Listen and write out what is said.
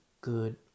good